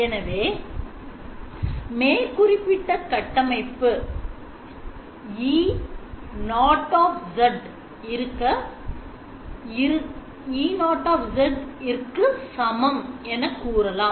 எனவே மேற்குறிப்பிட்ட கட்டமைப்பு E0 இருக்க சமம் என கூறலாம்